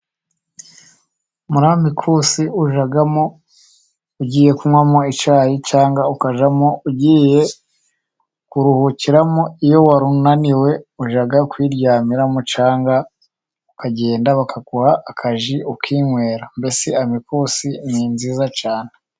Muri Amikusi ujyamo ugiye kunywamo icyayi, cyangwa ukajamo ugiye kuruhukiramo, iyo wari unaniwe ujya kwiryamiramo cyangwa ukagenda bakaguha akaji ukinywera. Mbese Amikusi ni nziza cyane.